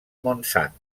montsant